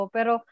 Pero